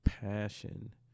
passion